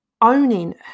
owning